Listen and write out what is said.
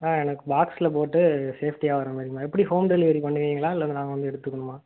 ஆ எனக்கு பாக்ஸில் போட்டு சேஃப்டியாக வரமாதிரிம்மா எப்படி ஹோம் டெலிவரி பண்ணுவீங்களா இல்லை நாங்கள் வந்து எடுத்துக்கணுமா